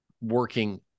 working